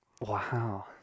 Wow